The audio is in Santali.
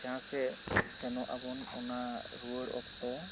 ᱡᱟᱦᱟᱸ ᱥᱮᱫ ᱥᱮᱱᱚᱜ ᱟᱵᱚᱱ ᱚᱱᱟ ᱨᱩᱣᱟᱹᱲ ᱚᱠᱛᱚ